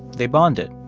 they bonded.